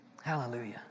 hallelujah